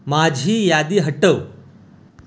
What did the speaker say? माझी यादी हटव